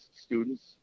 students